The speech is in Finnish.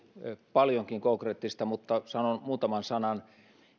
paljonkin konkreettista mutta sanon muutaman sanan